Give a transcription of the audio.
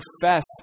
profess